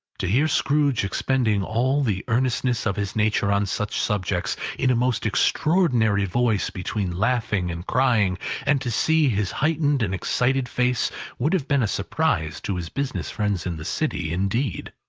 to hear scrooge expending all the earnestness of his nature on such subjects, in a most extraordinary voice between laughing and crying and to see his heightened and excited face would have been a surprise to his business friends in the city, indeed.